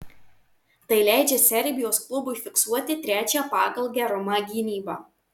tai leidžia serbijos klubui fiksuoti trečią pagal gerumą gynybą